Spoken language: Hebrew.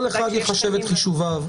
כל אחד יחשב את חישוביו.